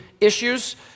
issues